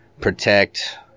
protect